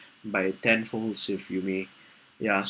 by ten folds if you may ya